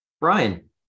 brian